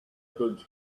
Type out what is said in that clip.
could